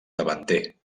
davanter